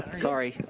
sorry.